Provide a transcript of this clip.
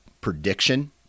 prediction